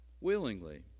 willingly